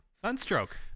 Sunstroke